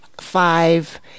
five